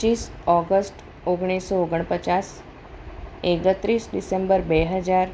પચ્ચીસ ઓગસ્ટ ઓગણીસો ઓગણપચાસ એકત્રીસ ડિસેમ્બર બે હજાર